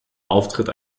auftritt